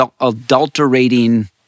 adulterating